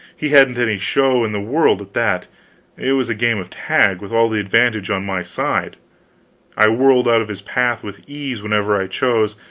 he hadn't any show in the world at that it was a game of tag, with all the advantage on my side i whirled out of his path with ease whenever i chose,